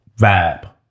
vibe